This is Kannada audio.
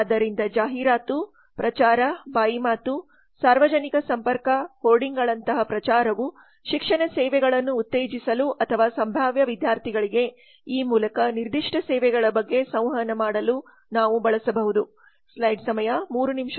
ಆದ್ದರಿಂದ ಜಾಹೀರಾತು ಪ್ರಚಾರ ಬಾಯಿ ಮಾತು ಸಾರ್ವಜನಿಕ ಸಂಪರ್ಕ ಹೋರ್ಡಿಂಗ್ಗಳಂತಹ ಪ್ರಚಾರವು ಶಿಕ್ಷಣ ಸೇವೆಗಳನ್ನು ಉತ್ತೇಜಿಸಲು ಅಥವಾ ಸಂಭ್ಯಾವ ವಿದ್ಯಾರ್ಥಿಗಳಿಗೆ ಈ ಮೂಲಕ ನಿರ್ದಿಷ್ಟ ಸೇವೆಗಳ ಬಗ್ಗೆ ಸಂವಹನ ಮಾಡಲು ನಾವು ಬಳಸಬಹುದು